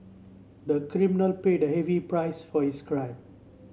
the criminal paid a heavy price for his crime